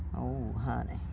oh honey,